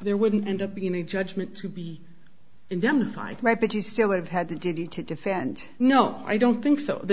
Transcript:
there wouldn't end up being a judgment to be indemnified right but you still would have had to get you to defend no i don't think so the